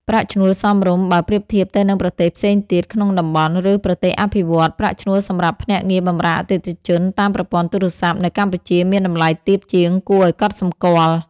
ប្រាក់ឈ្នួលសមរម្យ បើប្រៀបធៀបទៅនឹងប្រទេសផ្សេងទៀតក្នុងតំបន់ ឬប្រទេសអភិវឌ្ឍន៍ ប្រាក់ឈ្នួលសម្រាប់ភ្នាក់ងារបម្រើអតិថិជនតាមប្រព័ន្ធទូរស័ព្ទ នៅកម្ពុជាមានតម្លៃទាបជាងគួរឱ្យកត់សម្គាល់។